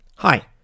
Hi